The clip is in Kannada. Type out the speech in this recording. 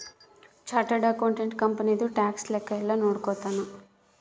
ಚಾರ್ಟರ್ಡ್ ಅಕೌಂಟೆಂಟ್ ಕಂಪನಿದು ಟ್ಯಾಕ್ಸ್ ಲೆಕ್ಕ ಯೆಲ್ಲ ನೋಡ್ಕೊತಾನ